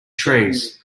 trees